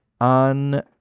On